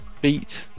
beat